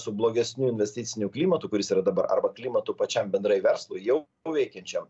su blogesniu investiciniu klimatu kuris yra dabar arba klimatu pačiam bendrai verslui jau veikiančiam